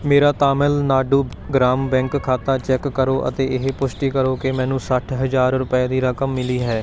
ਮੇਰਾ ਤਾਮਿਲਨਾਡੂ ਗ੍ਰਾਮ ਬੈਂਕ ਖਾਤਾ ਚੈੱਕ ਕਰੋ ਅਤੇ ਇਹ ਪੁਸ਼ਟੀ ਕਰੋ ਕਿ ਮੈਨੂੰ ਸੱਠ ਹਜ਼ਾਰ ਰੁਪਏ ਦੀ ਰਕਮ ਮਿਲੀ ਹੈ